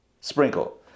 sprinkle